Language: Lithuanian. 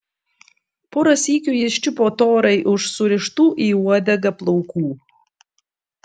porą sykių jis čiupo torai už surištų į uodegą plaukų